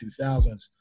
2000s